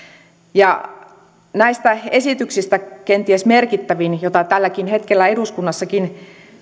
näistä esityksistä kenties merkittävin jota tälläkin hetkellä eduskunnassakin